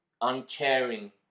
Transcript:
uncaring